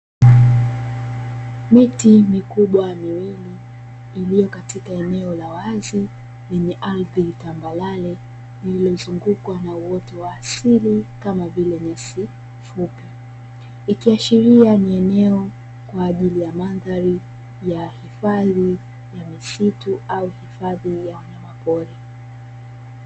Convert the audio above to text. Miti mikubwa miwili iliyo katika eneo la wazi lenye ardhi tambarare, lililozungukwa na uoto wa asili, kama vile nyasi fupi, ikiashiria ni eneo kwa ajili ya mandhari ya hifadhi ya misitu au hifadhi ya mwanyamapori.